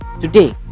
today